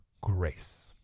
grace